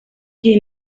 qui